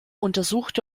untersuchte